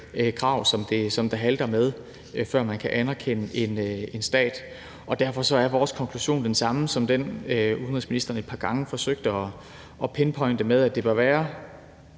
krav, som det halter med, før man kan anerkende en stat. Derfor er vores konklusion den samme som den, udenrigsministeren et par gange forsøgte at pinpointe med, altså at det bør være